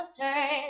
turn